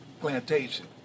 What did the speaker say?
plantation